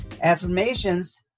affirmations